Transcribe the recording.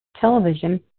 television